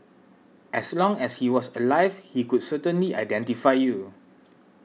as long as he was alive he could certainly identify you